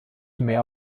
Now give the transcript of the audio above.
mehr